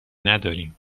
نداریم